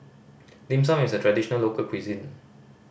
Dim Sum is a traditional local cuisine